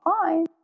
fine